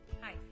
Hi